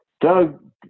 doug